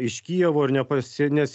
iš kijevo ir nepasi nes